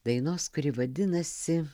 dainos kuri vadinasi